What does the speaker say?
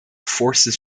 forces